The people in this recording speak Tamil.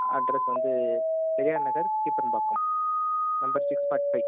அட்ரஸ் வந்து Periyar Nagar Keelperumbakkam number six forty five